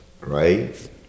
right